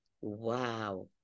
Wow